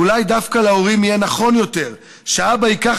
אולי להורים יהיה דווקא נכון יותר שהאבא ייקח